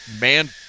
man